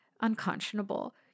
unconscionable